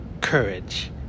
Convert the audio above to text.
Courage